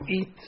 eat